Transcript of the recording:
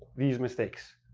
these mistakes.